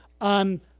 on